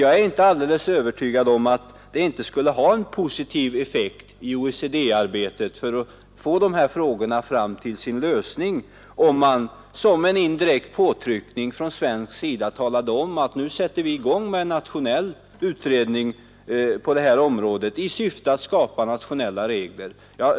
Jag är övertygad om att det skulle ha en positiv effekt i OECD-arbetet för att få en lösning, om man som en indirekt påtryckning från svensk sida talade om att nu sätter vi i gång med en nationell utredning på detta område i syfte att skapa nationella regler.